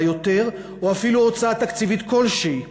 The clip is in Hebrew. יותר או אפילו הוצאה תקציבית כלשהי.